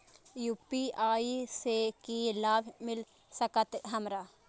UPI से की लाभ मिल सकत हमरा?